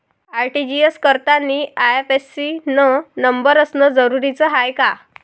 RTGS करतांनी IFSC न number असनं जरुरीच हाय का?